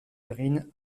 green